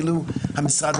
אילו המשרד,